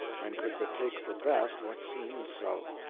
and could but take for best what seemed so.